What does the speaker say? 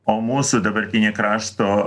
o mūsų dabartinė krašto